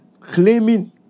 claiming